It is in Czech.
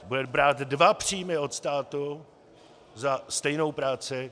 Bude brát dva příjmy od státu za stejnou práci.